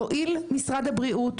ויואילו משרד הבריאות,